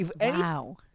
Wow